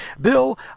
Bill